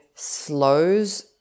slows